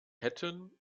hätten